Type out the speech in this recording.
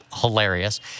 hilarious